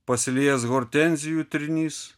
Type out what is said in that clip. pasiliejęs hortenzijų trynys